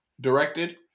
directed